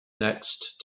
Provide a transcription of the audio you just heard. next